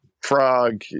frog